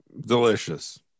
delicious